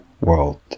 world